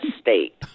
State